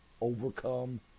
overcome